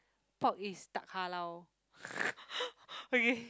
pork is tak halal okay